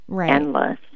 endless